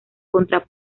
contra